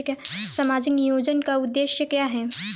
सामाजिक नियोजन का उद्देश्य क्या है?